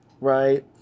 right